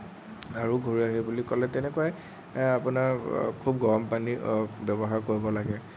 আৰু ঘৰুৱা হেৰি বুলি ক'লে তেনেকুৱাই আপোনাৰ খুব গৰমপানী ব্যৱহাৰ কৰিব লাগে